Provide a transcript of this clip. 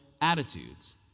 attitudes